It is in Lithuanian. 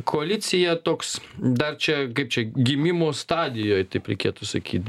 koalicija toks dar čia kaip čia gimimo stadijoj taip reikėtų sakyt